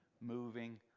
moving